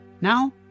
Now